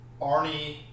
Arnie